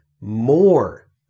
more